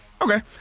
okay